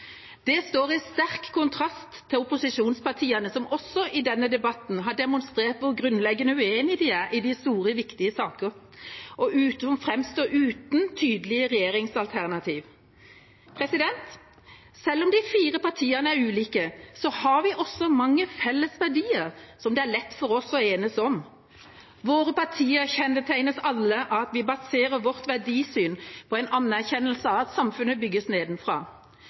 Det står i sterk kontrast til opposisjonspartiene, som også i denne debatten har demonstrert hvor grunnleggende uenige de er i de store og viktige sakene, og som framstår uten tydelige regjeringsalternativer. Selv om de fire partiene er ulike, har vi mange felles verdier som det er lett for oss å enes om. Våre partier er alle kjennetegnet av at vi baserer vårt verdisyn på en anerkjennelse av at samfunnet bygges nedenfra.